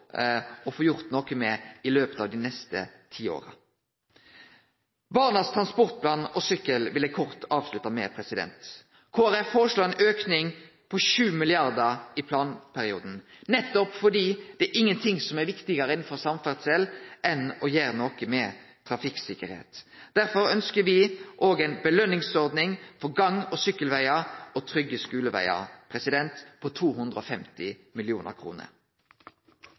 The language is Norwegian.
å få gjort noko med i løpet av dei neste ti åra. Barnas transportplan og sykkel vil eg kort avslutte med. Kristeleg Folkeparti foreslår ein auke på 7 mrd. kr i planperioden, nettopp fordi det ikkje er noko som er viktigare innanfor samferdsel enn å gjere noko med trafikksikkerheit. Derfor ønskjer me òg ei belønningsordning for gang- og sykkelvegar og trygge skulevegar på 250